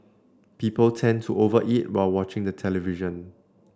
people tend to over eat while watching the television